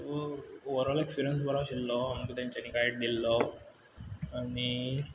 ओ overall experience बरो आशिल्लो आमकां तेंच्यानी गायड दिल्लो आनी